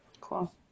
cool